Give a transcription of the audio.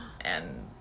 and-